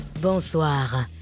Bonsoir